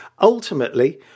Ultimately